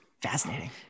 fascinating